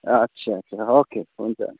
अच्छा अच्छा ओके हुन्छ